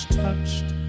touched